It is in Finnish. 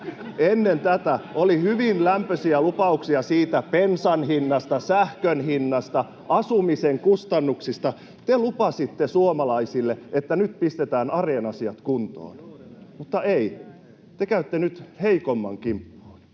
Ennen tätä oli hyvin lämpöisiä lupauksia bensan hinnasta, sähkön hinnasta, asumisen kustannuksista. Te lupasitte suomalaisille, että nyt pistetään arjen asiat kuntoon. Mutta ei, te käytte nyt heikoimman kimppuun.